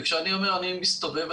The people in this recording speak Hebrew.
כשאני מסתובב,